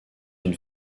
une